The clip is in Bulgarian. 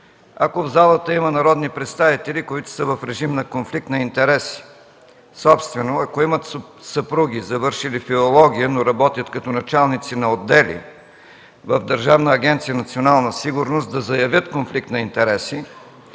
ако в залата има народни представители, които са в режим на конфликт на интереси, собствено ако имат съпруги, завършили филология, но работят като началници на отдели в Държавна агенция „Национална сигурност”, да заявят конфликт на интереси